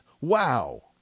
Wow